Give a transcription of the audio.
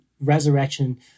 resurrection